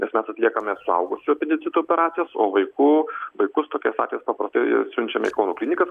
nes mes atliekame suaugusių apendicito operacijos o vaikų vaikus tokiais atvejais paprastai siunčiame į kauno klinikas